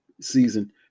season